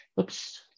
oops